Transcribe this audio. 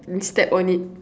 and step on it